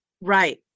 Right